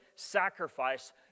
sacrifice